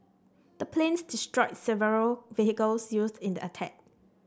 the planes destroyed several vehicles used in the attack